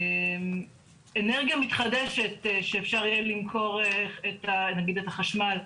אנרגיה מתחדשת שאפשר יהיה למכור נגיד את החשמל.